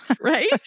Right